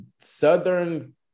southern